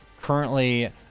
currently